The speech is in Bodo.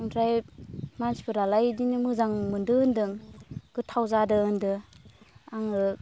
ओमफ्राय मानसिफोरालाय बिदिनो मोजां मोनदों होनदों गोथाव जादों होनदों आङो